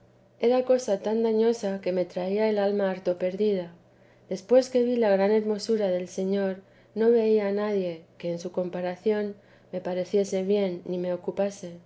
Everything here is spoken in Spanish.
era cosa tan dañosa que me traía el alma harto perdida después que vi la gran hermosura del señor no veía a nadie que en su comparación me pareciese bien ni me ocupase